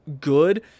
good